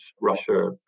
Russia